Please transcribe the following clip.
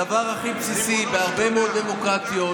הדבר הכי בסיסי בהרבה מאוד דמוקרטיות,